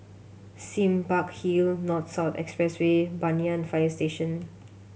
Sime Park Hill North South Expressway Banyan Fire Station